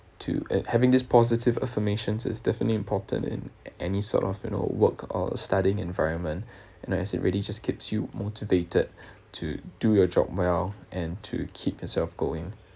to uh having this positive affirmations is definitely important in any sort of you know work or studying environment you know as it really just keeps you motivated to do your job well and to keep yourself going